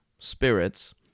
spirits